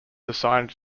assigned